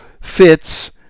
fits